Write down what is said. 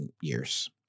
years